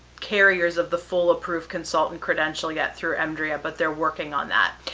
carriers of the full approved consultant credential yet, through emdria, but they're working on that.